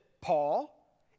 Paul